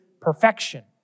perfection